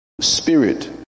spirit